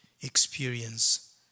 experience